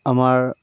আমাৰ